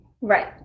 Right